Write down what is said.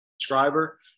subscriber